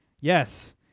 Yes